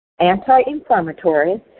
anti-inflammatory